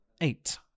eight